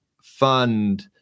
fund